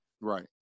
Right